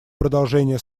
продолжение